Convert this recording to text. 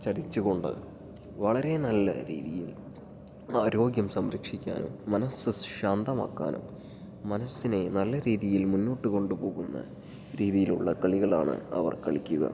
ചലിച്ചു കൊണ്ട് വളരെ നല്ല രീതിയിൽ ആരോഗ്യം സംരക്ഷിക്കാനും മനസ്സ് ശാന്തമാക്കാനും മനസ്സിനെ നല്ല രീതിയിൽ മുന്നോട്ടു കൊണ്ടു പോകുന്ന രീതിയിലുള്ള കളികളാണ് അവർ കളിക്കുക